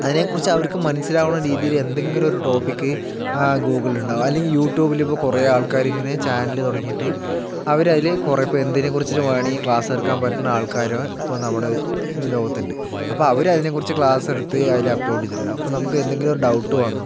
അതിനെക്കുറിച്ച് അവർക്ക് മനസ്സിലാവണ രീതിയിൽ എന്തെങ്കിലുമൊരു ടോപ്പിക്ക് ആ ഗൂഗിളിൽ ഉണ്ടാവും അല്ലെങ്കിൽ യൂട്യൂബിലിപ്പോൾ കുറേ ആൾക്കാര് ഇങ്ങനെ ചാനൽ തുടങ്ങിയിട്ട് അവര് അതിൽ കുറേ പേര് എന്തിനെക്കുറിച്ചിട്ട് വേണമെങ്കിലും ക്ലാസെടുക്കാൻ പറ്റണ ആൾക്കാര് ഇപ്പോൾ നമ്മുടെ ലോകത്തുണ്ട് അപ്പോൾ അവര് അതിനെക്കുറിച്ച് ക്ലാസെടുത്ത് അതിൽ അപ്ലോഡ് ചെയ്തിട്ടുണ്ടാവും അപ്പോൾ നമുക്കെന്തെങ്കിലും ഒരു ഡൗട്ട് വന്നു